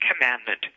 commandment